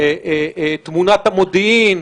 גם של תמונת המודיעין,